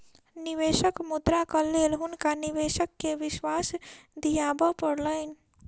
निवेशक मुद्राक लेल हुनका निवेशक के विश्वास दिआबय पड़लैन